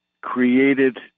created